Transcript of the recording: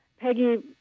Peggy